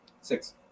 Six